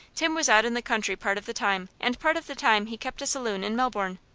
tim was out in the country part of the time, and part of the time he kept a saloon in melbourne.